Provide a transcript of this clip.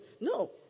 No